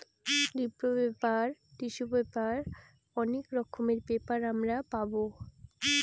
রিপ্র paper, tissue paper অনেক রকমের পেপার আমরা পাবো